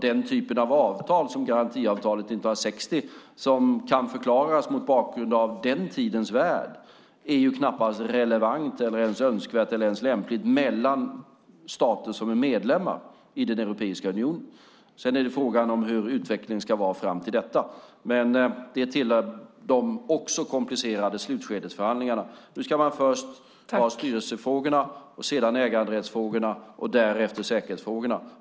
Den typ av avtal som garantiavtalet från 1960, som kan förklaras mot bakgrund av den tidens värld, är knappast relevant, önskvärt eller lämpligt mellan stater som är medlemmar i Europeiska unionen. Frågan är hur utvecklingen ska vara fram till detta. Det tillhör de komplicerade slutskedesförhandlingarna. Nu ska man först ta styrelsefrågorna, sedan ägaradressfrågorna och därefter säkerhetsfrågorna.